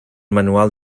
manual